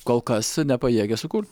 kol kas nepajėgia sukurt